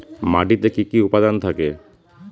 মাটিতে কি কি উপাদান থাকে?